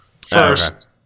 first